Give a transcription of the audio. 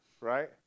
Right